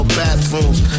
bathrooms